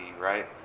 right